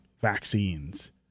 vaccines